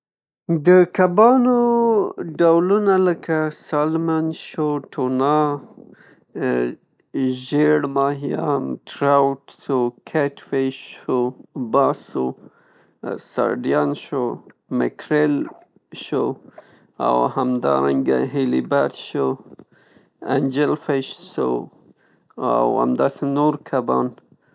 د کبانو ډولونه لکه سالمن شو، ټونا، ژیړ ماهیان، ټراود شو، کټ فیش شو، باس شو، سارډین شو، مکریل شو، هیلي بټ شو، انجیل فیش شو او همداسې نور کبان.